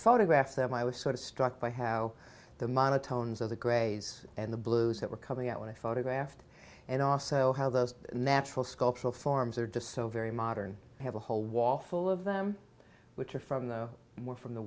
photographed them i was sort of struck by how the monotones of the greys and the blues that were coming out when i photographed and also how those natural sculptural forms are just so very modern have a whole wall full of them which are from the more from the